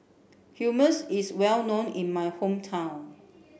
Hummus is well known in my hometown